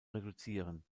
reduzieren